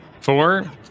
four